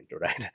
right